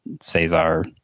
Cesar